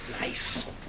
Nice